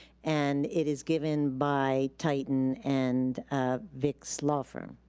and it is given by titan and ah vic's law firm.